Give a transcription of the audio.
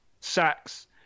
sacks